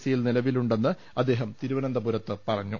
സിയിൽ നിലവിലു ണ്ടെന്ന് അദ്ദേഹം തിരുവനന്തപുരത്ത് പറഞ്ഞു